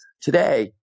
Today